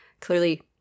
clearly